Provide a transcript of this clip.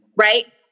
right